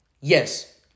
yes